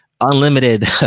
Unlimited